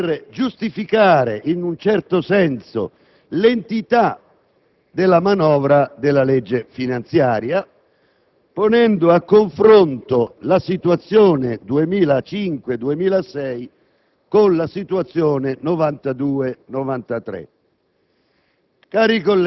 serve a giustificare in un certo senso l'entità della manovra della legge finanziaria, ponendo a confronto la situazione 2005-2006 con la situazione 1992-1993.